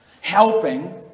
helping